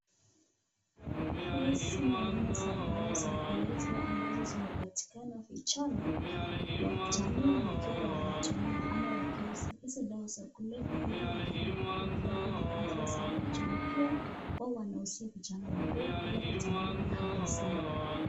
Hizi ni aina za dawa za kulevya ama ambazo zimepatikana kejani wakiwa wanatumia ama